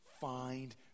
find